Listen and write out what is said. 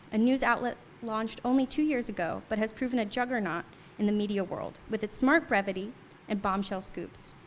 a news outlet launched only two years ago, but has proven a juggernaut in the media world. with it's smart brevity and bombshell scoops.